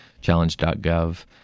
challenge.gov